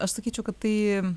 aš sakyčiau kad tai